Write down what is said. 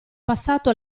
passato